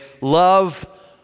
Love